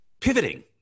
pivoting